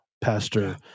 pastor